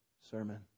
sermon